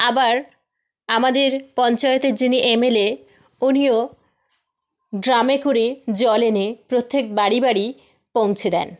আবার আমাদের পঞ্চায়তের যিনি এমএলএ উনিও ড্রামে করে জল এনে প্রত্যেক বাড়ি বাড়ি পৌঁছে দেন